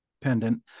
pendant